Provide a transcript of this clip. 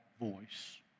voice